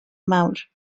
mawr